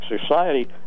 society